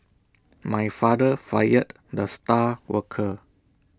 my father fired the star worker